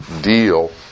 deal